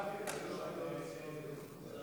העברה לוועדת החוץ והביטחון.